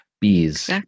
bees